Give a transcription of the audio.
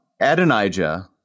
Adonijah